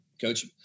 coach